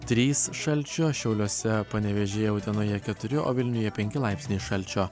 trys šalčio šiauliuose panevėžyje utenoje keturi o vilniuje penki laipsniai šalčio